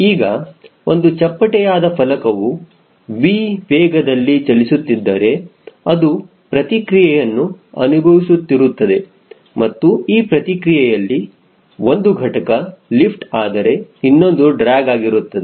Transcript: ಈಗ ಒಂದು ಚಪ್ಪಟೆಯಾದ ಫಲಕವು V ವೇಗದಲ್ಲಿ ಚಲಿಸುತ್ತಿದ್ದರೆ ಅದು ಪ್ರತಿಕ್ರಿಯೆಯನ್ನು ಅನುಭವಿಸುತ್ತಿರುತ್ತದೆ ಮತ್ತು ಆ ಪ್ರತಿಕ್ರಿಯೆಯಲ್ಲಿ ಒಂದು ಘಟಕ ಲಿಫ್ಟ್ ಆದರೆ ಇನ್ನೊಂದು ಡ್ರ್ಯಾಗ್ ಆಗಿರುತ್ತದೆ